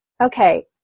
okay